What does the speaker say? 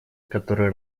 который